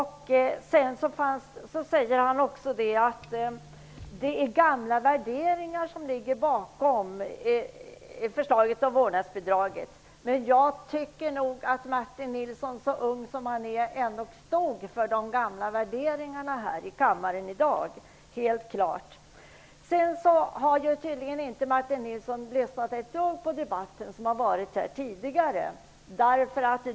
Han sade att det är gamla värderingar som ligger bakom förslaget om vårdnadsbidrag. Jag tycker att Martin Nilsson, så ung som han är, helt klart stod för de gamla värderingarna i kammaren i dag. Martin Nilsson har tydligen inte lyssnat ett dugg på den här debatten.